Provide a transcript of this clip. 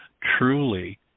truly